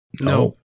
No